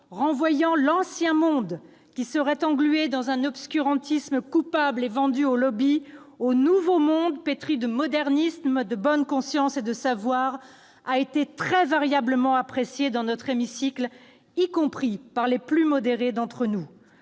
opposant l'« ancien monde », qui serait englué dans un obscurantisme coupable et vendu aux lobbys, au « nouveau monde », pétri de modernisme, de bonne conscience et de savoir, a été très variablement apprécié au sein de notre hémicycle, y compris par les plus modérés d'entre nous.